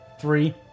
three